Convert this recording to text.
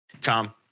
Tom